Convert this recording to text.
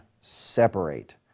separate